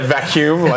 Vacuum